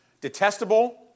Detestable